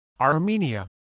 Armenia